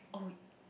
oh